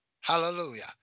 Hallelujah